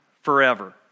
forever